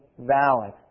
valid